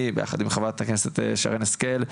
אני יחד עם חברת הכנסת שרין השכל,